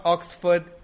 Oxford